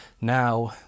Now